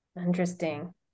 Interesting